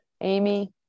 Amy